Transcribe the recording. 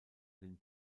den